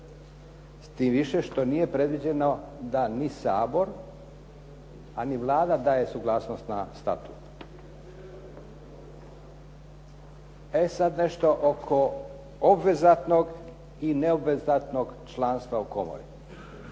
tim više što nije predviđeno da ni Sabor, a ni Vlada daje suglasnost na statut. E sad nešto oko obvezatnog i neobvezatnog članstva u komori.